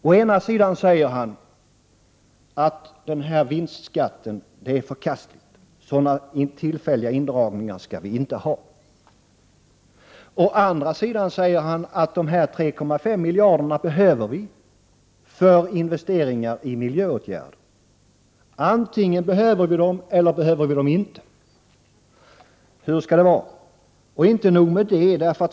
Å ena sidan säger han att vinstskatten är förkastlig och att vi inte skall ha sådana tillfälliga indragningar. Å andra sidan säger han att dessa 3,5 miljarder behöver vi för investeringar i miljöåtgärder. Antingen behöver vi dessa pengar, eller så behöver vi dem inte. Hur skall det vara? Inte nog med det.